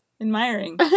admiring